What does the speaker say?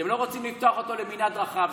אתם לא רוצים לפתוח אותו למנעד רחב.